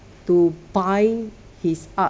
to find his art